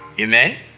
amen